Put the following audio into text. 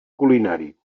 culinari